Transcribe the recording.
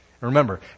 Remember